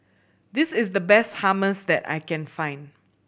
this is the best Hummus that I can find